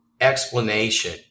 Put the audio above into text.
explanation